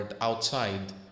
outside